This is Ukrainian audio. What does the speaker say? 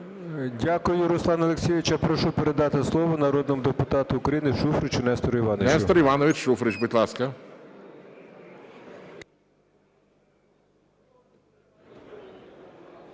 Дякую, Руслане Олексійовичу. Я прошу передати слово народному депутату України Шуфричу Нестору Івановичу. ГОЛОВУЮЧИЙ. Нестор Іванович Шуфрич, будь ласка.